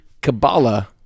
Kabbalah